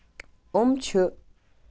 یِم چھِ